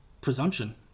presumption